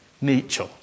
nature